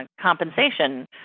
compensation